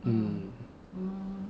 mm